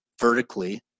vertically